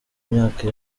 myaka